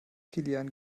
kilian